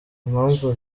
impamvu